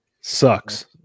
sucks